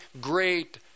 great